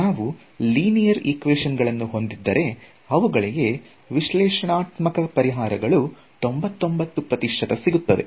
ನಾವು linear equation ಗಳನ್ನು ಹೊಂದಿದ್ದರೆ ಅವುಗಳಿಗೆ ವಿಶ್ಲೇಷಣಾತ್ಮಕ ಪರಿಹಾರಗಳು 99 ಪ್ರತಿಶತ ಸಿಗುತ್ತದೆ